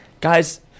guys